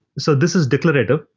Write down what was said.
so this is declarative.